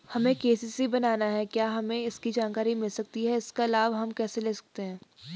हमें के.सी.सी बनाना है क्या हमें इसकी जानकारी मिल सकती है इसका लाभ हम कैसे ले सकते हैं?